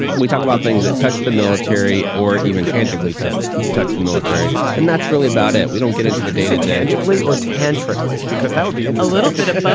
we talk about things that touch the military or even tangibly just touch the military. and that's really about it we don't get into the data tangibly or tantric lee, because that would be and a little bit. but